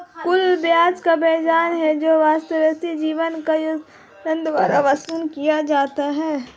कुल ब्याज वह ब्याज है जो वास्तविक जीवन में ऋणदाता द्वारा वसूल किया जाता है